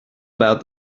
about